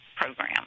program